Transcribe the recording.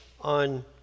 on